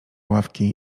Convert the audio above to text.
ławki